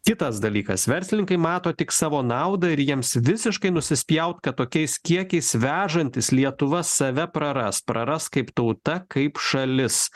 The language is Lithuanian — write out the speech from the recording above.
kitas dalykas verslininkai mato tik savo naudą ir jiems visiškai nusispjaut kad tokiais kiekiais vežantis lietuva save praras praras kaip tauta kaip šalis